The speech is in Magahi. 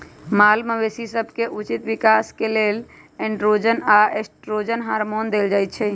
माल मवेशी सभके उचित विकास के लेल एंड्रोजन आऽ एस्ट्रोजन हार्मोन देल जाइ छइ